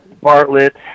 Bartlett